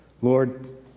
Lord